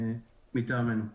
מטעמנו.